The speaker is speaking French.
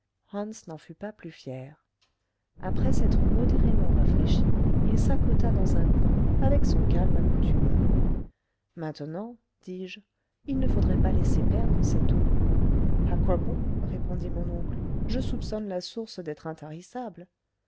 n'en fut pas plus fier après s'être modérément rafraîchi il s'accota dans un coin avec son calme accoutumé maintenant dis-je il ne faudrait pas laisser perdre cette eau a quoi bon répondit mon oncle je soupçonne la source d'être intarissable